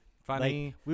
Funny